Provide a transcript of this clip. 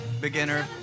beginner